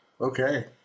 Okay